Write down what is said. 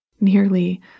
Nearly